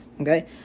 Okay